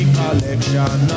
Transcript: collection